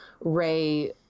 ray